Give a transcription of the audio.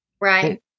Right